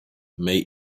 may